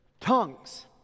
tongues